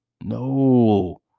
No